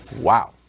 Wow